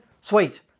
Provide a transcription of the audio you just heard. Sweet